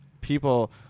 people